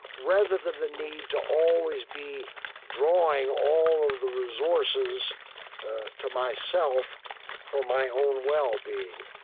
rather than the need to always be drawing all of the resources to myself for my own well-being.